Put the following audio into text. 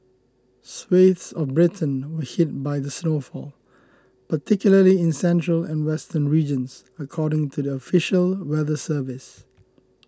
swathes of Britain were hit by the snowfall particularly in central and western regions according to the official weather service